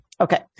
okay